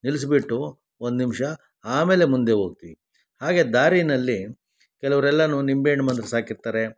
ನಿಲ್ಲಿಸ್ಬಿಟ್ಟು ಒಂದು ನಿಮಿಷ ಆಮೇಲೆ ಮುಂದೆ ಹೋಗ್ತಿವಿ ಹಾಗೆ ದಾರಿಯಲ್ಲಿ ಕೆಲ್ವರೆಲ್ಲ ನಿಂಬೆಹಣ್ಣು ಮಂತ್ರಿಸಿ ಹಾಕಿರ್ತಾರೆ